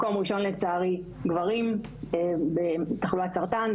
מקום ראשון לצערי גברים בתחלואת סרטן.